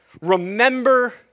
remember